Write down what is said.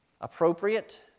appropriate